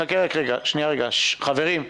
חברים,